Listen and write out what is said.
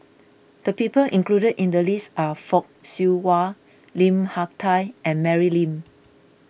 the people included in the list are Fock Siew Wah Lim Hak Tai and Mary Lim